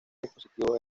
dispositivos